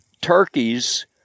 turkeys